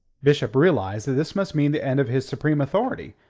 bishop realized that this must mean the end of his supreme authority,